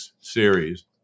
series